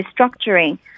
restructuring